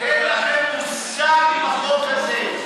אין לכם מושג מהחוק הזה.